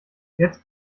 jetzt